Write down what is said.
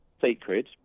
sacred